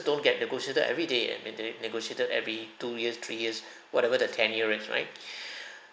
don't get negotiated every day and they negotiated every two years three years whatever the tenure is right